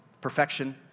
perfection